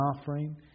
offering